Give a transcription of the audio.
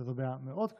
שזו בעיה מאוד קשה.